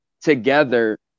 together